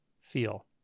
feel